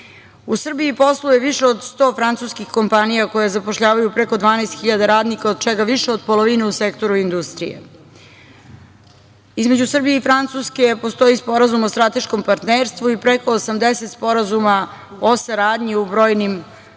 U Srbiji posluje više od sto francuskih kompanija koje zapošljavaju preko 12.000 radnika od čega više od polovine u sektoru industrije. Između Srbije i Francuske postoji Sporazum o strateškom partnerstvu i preko 80 sporazuma o saradnji u brojnim